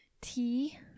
tea